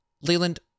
Leland